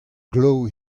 glav